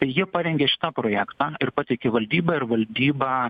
tai jie parengė šitą projektą ir pateikė valdybai ir valdyba